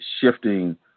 shifting